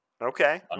Okay